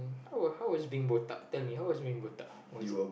oh how was being botak tell me how was being botak was it